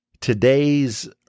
Today's